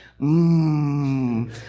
mmm